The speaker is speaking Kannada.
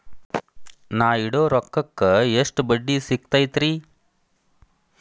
ನಾ ಇಡೋ ರೊಕ್ಕಕ್ ಎಷ್ಟ ಬಡ್ಡಿ ಸಿಕ್ತೈತ್ರಿ?